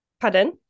Pardon